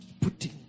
putting